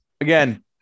again